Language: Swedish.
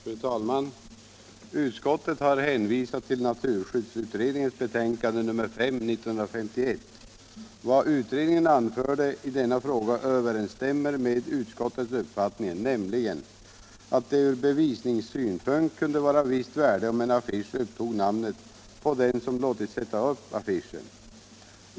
Fru talman! Utskottet har hänvisat till naturskyddsutredningens betänkande, SOU 1951:5. Vad utredningen anförde i denna fråga överensstämmer med utskottets uppfattning, nämligen att det ur bevisningssynpunkt kunde vara av visst värde om en affisch upptog namnet på den som låtit sätta upp affischen.